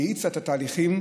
היא האיצה את התהליכים,